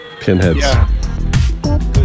Pinheads